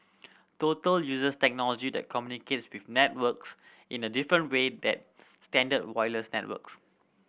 total uses technology that communicates with networks in a different way than standard wireless networks